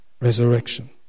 resurrection